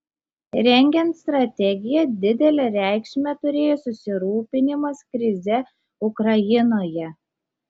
rengiant strategiją didelę reikšmę turėjo susirūpinimas krize ukrainoje